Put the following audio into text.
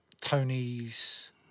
tony's